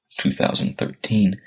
2013